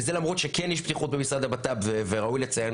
וזה למרות שכן יש פתיחות במשרד הבט"פ וראוי לציין